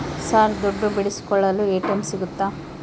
Sir ದುಡ್ಡು ಬಿಡಿಸಿಕೊಳ್ಳಲು ATM ಸಿಗುತ್ತಾ?